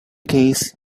case